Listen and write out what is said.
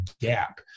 gap